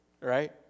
Right